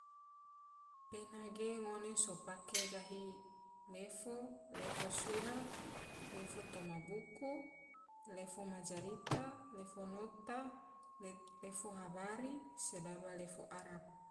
Pena ge ngone so pake gahi lefo, lefo surat, lefo toma buku, lefo majarita, lefo nota, lefo habari, sedaba lefo arab.